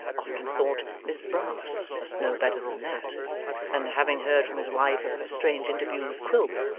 often thought miss brass must know better than that and, having heard from his wife of her strange interview with quilp,